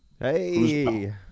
hey